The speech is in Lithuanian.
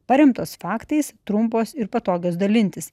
paremtos faktais trumpos ir patogios dalintis